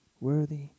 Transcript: worthy